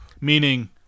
Meaning